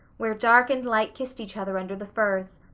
where dark and light kissed each other under the firs,